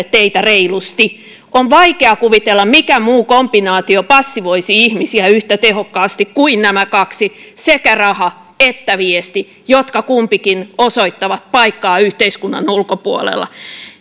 teitä reilusti on vaikea kuvitella mikä muu kombinaatio passivoisi ihmisiä yhtä tehokkaasti kuin nämä kaksi sekä raha että viesti jotka kumpikin osoittavat paikkaa yhteiskunnan ulkopuolella